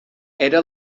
era